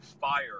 fire